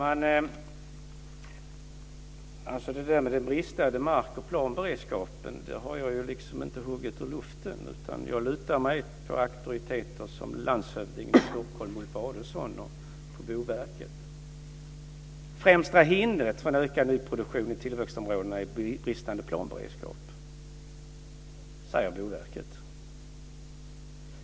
Fru talman! Det där med den bristande mark och planberedskapen har ju jag inte tagit ur luften, utan jag lutar mig mot auktoriteter som landshövdingen i Det främsta hindret för en ökad nyproduktion i tillväxtområdena är bristande planberedskap, säger Boverket.